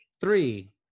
three